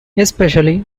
especially